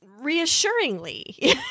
Reassuringly